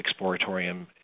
Exploratorium